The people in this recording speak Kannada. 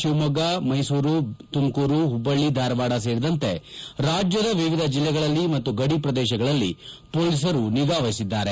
ಶಿವಮೊಗ್ಗ ಮೈಸೂರು ತುಮಕೂರು ಹುಬ್ಬಳ್ಳಿ ಧಾರವಾಡ ಸೇರಿದಂತೆ ರಾಜ್ಯದ ವಿವಿಧ ಜಿಲ್ಲೆಗಳಲ್ಲಿ ಮತ್ತು ಗಡಿ ಪ್ರದೇಶಗಳಲ್ಲಿ ಪೊಲೀಸರು ನಿಗಾ ವಹಿಸಿದ್ದಾರೆ